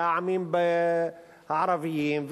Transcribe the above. והעמים הערביים,